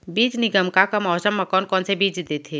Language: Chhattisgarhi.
बीज निगम का का मौसम मा, कौन कौन से बीज देथे?